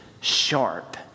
sharp